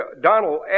Donald